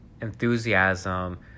enthusiasm